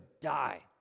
die